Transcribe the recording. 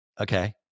Okay